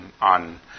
on